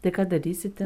tai ką darysite